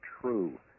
true